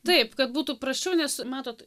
taip kad būtų prasčiau nes matot